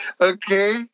Okay